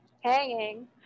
hanging